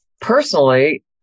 personally